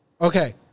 Okay